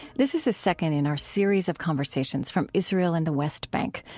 this is the second in our series of conversations from israel and the west bank,